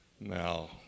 Now